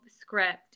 script